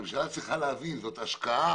והממשלה צריכה להבין שזאת השקעה